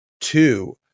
two